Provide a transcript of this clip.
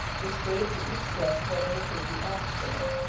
which gave to each guest whatever food he asked of it,